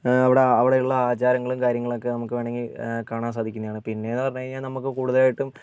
അവിടെ അവിടെ ഉള്ള അചാരങ്ങളും കാര്യങ്ങളൊക്കെ നമുക്ക് വേണമെങ്കിൽ കാണാൻ സാധിക്കുന്നതാണ് പിന്നെ എന്ന് പറഞ്ഞ് കഴിഞ്ഞാൽ നമുക്ക് കൂടുതലായിട്ടും